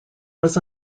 was